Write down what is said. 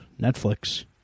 Netflix